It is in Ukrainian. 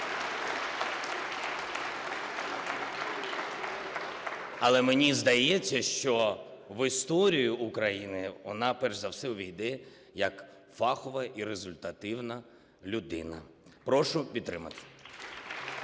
Але мені здається, що в історію України вона перш за все увійде як фахова і результативна людина. Прошу підтримати.